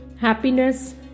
happiness